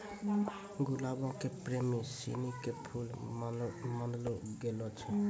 गुलाबो के प्रेमी सिनी के फुल मानलो गेलो छै